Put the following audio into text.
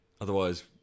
Otherwise